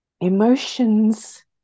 emotions